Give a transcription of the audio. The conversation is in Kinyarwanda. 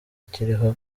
akiriho